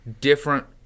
different